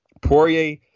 Poirier